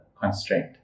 constraint